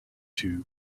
two